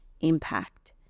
impact